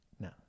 No